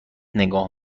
نگاه